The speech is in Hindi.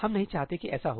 हम नहीं चाहते कि ऐसा हो